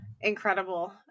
Incredible